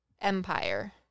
Empire